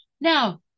Now